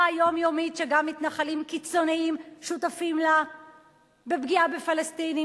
היומיומית שגם מתנחלים קיצוניים שותפים לה בפגיעה בפלסטינים.